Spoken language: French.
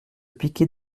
piquer